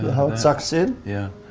how it sucks in? yeah.